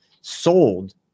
sold